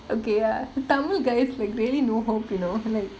okay uh tamil guys like really no hope you know like